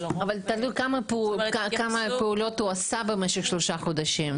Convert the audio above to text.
אבל הרוב --- אבל תלוי כמה פעולות הוא עשה במשך שלושה חודשים.